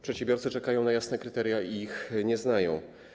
Przedsiębiorcy czekają na jasne kryteria i ich nie znają.